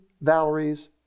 Valerie's